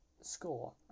score